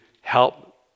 help